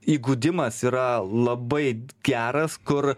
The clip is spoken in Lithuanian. įgudimas yra labai geras kur